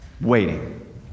waiting